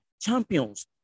champions